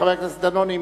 חבר הכנסת דנון,